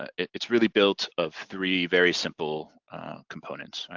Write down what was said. ah it's really built of three very simple components.